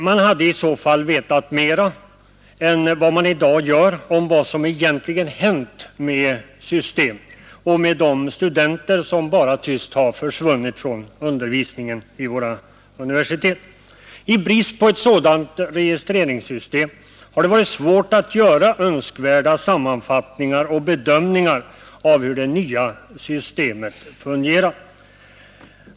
Man hade i så fall vetat mera än vad man i dag gör om vad som egentligen hänt med systemet och med de studenter som bara tyst har försvunnit från undervisningen vid våra universitet. I brist på ett sådant registreringssystem har det varit svårt att göra önskvärda sammanfattningar och bedömningar av hur det nya systemet fungerar.